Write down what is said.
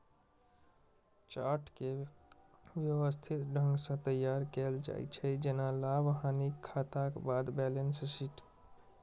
chart कें व्यवस्थित ढंग सं तैयार कैल जाइ छै, जेना लाभ, हानिक खाताक बाद बैलेंस शीट